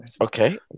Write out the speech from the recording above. Okay